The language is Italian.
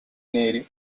neri